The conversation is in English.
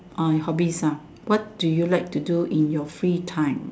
ah hobbies ah what do you like to do in your free time